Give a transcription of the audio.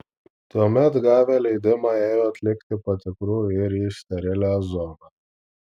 tuomet gavę leidimą ėjo atlikti patikrų ir į sterilią zoną